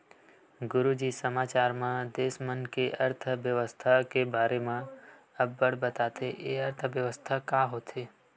गुरूजी समाचार म देस मन के अर्थबेवस्था के बारे म अब्बड़ बताथे, ए अर्थबेवस्था का होथे?